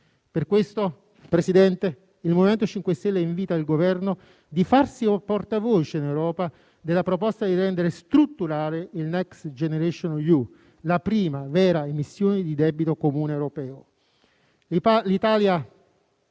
Per questo, Presidente, il MoVimento 5 Stelle invita il Governo a farsi portavoce in Europa della proposta di rendere strutturale il Next generation EU, la prima vera emissione di debito comune europeo.